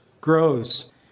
grows